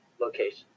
location